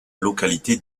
localité